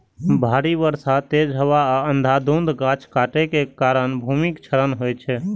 भारी बर्षा, तेज हवा आ अंधाधुंध गाछ काटै के कारण भूमिक क्षरण होइ छै